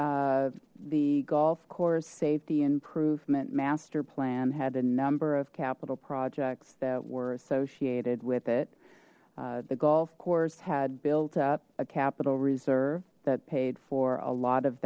then the golf course saved the improvement master plan had a number of capital projects that were associated with it the golf course had built up a capital reserve that paid for a lot of